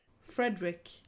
frederick